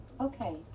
Okay